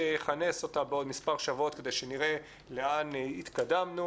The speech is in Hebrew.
שייכנס אותה בעוד מספר שבועות כדי שנראה לאן התקדמנו.